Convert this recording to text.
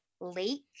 lake